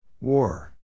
War